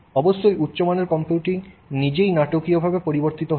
অবশ্যই উচ্চ মানের কম্পিউটিং নিজেই নাটকীয়ভাবে পরিবর্তিত হয়েছে